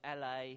LA